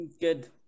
Good